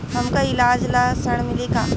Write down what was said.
हमका ईलाज ला ऋण मिली का?